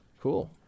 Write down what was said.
Cool